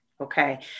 Okay